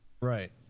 right